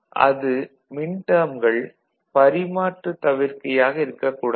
அது மின்டேர்ம்கள் பரிமாற்றுத் தவிர்க்கையாக இருக்கக் கூடாது